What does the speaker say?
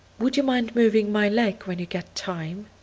would you mind moving my leg when you get time,